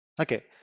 Okay